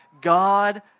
God